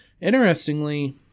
Interestingly